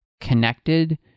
connected